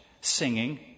singing